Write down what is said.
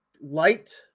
light